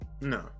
No